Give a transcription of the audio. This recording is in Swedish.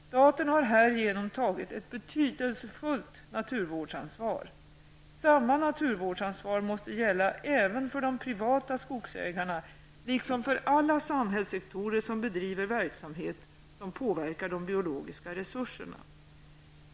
Staten har härigenom tagit ett betydelsefullt naturvårdsansvar. Samma naturvårdsansvar måste gälla även för de privata skogsägarna liksom för alla samhällssektorer som bedriver verksamhet som påverkar de biologiska resurserna.